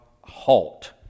halt